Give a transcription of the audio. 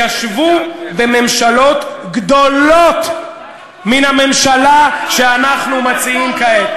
ישבו בממשלות גדולות מן הממשלה שאנחנו מציעים כעת.